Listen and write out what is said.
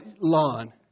lawn